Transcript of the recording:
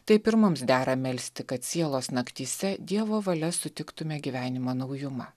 taip ir mums dera melsti kad sielos naktyse dievo valia sutiktume gyvenimo naujumą